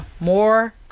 more